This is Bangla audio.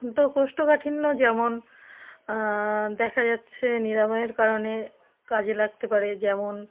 কিন্তু কোষ্ঠকাঠিন্য যেমন দেখা যাচ্ছে নিরাময়ের কারণে কাজে লাগতে পারে যেমন